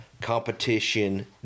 competition